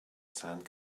sand